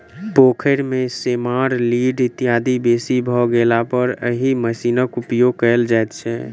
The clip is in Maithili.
पोखैर मे सेमार, लीढ़ इत्यादि बेसी भ गेलापर एहि मशीनक उपयोग कयल जाइत छै